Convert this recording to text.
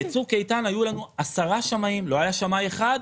בצוק איתן היו לנו עשרה שמאים, לא היה שמאי אחד.